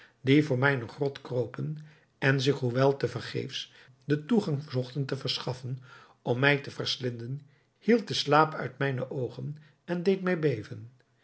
die voor mijne grot kropen en zich hoewel te vergeefs den toegang zochten te verschaffen om mij te verslinden hield den slaap uit mijne oogen en deed mij beven